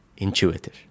Intuitive